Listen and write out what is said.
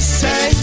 say